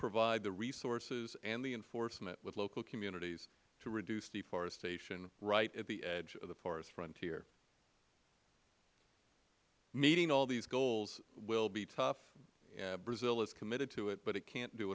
provide the resources and the enforcement with local communities to reduce deforestation right at the edge of the forest frontier meeting all these goals will be tough brazil is committed to it but it can't do